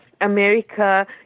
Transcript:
America